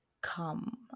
come